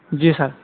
جی سَر